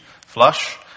Flush